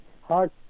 hard